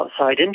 outside